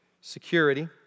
security